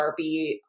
sharpie